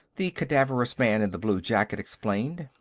the cadaverous man in the blue jacket explained.